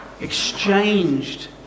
exchanged